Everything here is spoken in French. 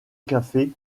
café